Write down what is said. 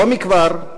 לא מכבר,